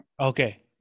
Okay